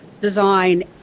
design